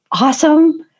awesome